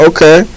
Okay